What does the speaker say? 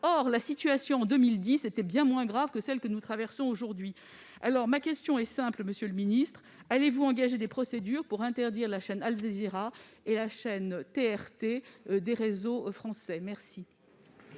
Or la situation, en 2010, était bien moins grave que celle que nous connaissons aujourd'hui. Dès lors, ma question est simple, monsieur le ministre : allez-vous engager des procédures pour interdire la chaîne Al-Jazeera et la chaîne TRT des réseaux français ? La